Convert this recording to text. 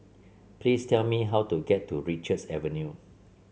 please tell me how to get to Richards Avenue